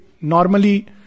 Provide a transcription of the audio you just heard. normally